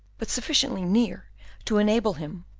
but sufficiently near to enable him,